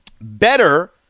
better